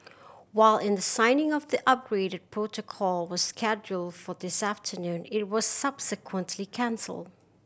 while in the signing of the upgraded protocol was scheduled for this afternoon it was subsequently cancelled